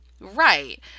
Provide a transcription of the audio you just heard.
Right